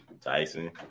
Tyson